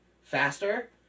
faster